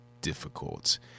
difficult